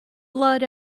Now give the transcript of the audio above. blood